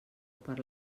per